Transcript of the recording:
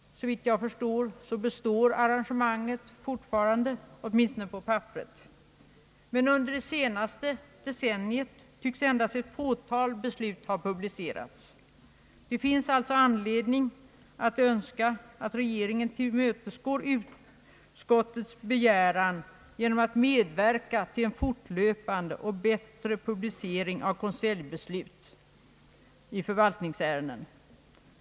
Såvitt jag förstår består arrangemanget ännu, åtminstone på papperet. Men under det senaste decenniet tycks endast ett fåtal beslut ha publicerats. Det finns alltså anledning önska att regeringen tillmötesgår utskottets begäran genom att medverka till en fortlöpande och bättre publicering av konseljbeslut i förvaltningsärenden.